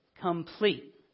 complete